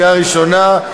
לקריאה ראשונה.